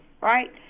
right